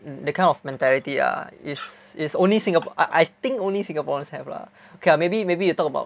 that kind of mentality ah is is only Singap~ I think only Singaporeans have lah okay lah maybe you maybe you talk about